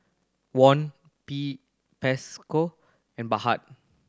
Won and Baht